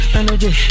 energy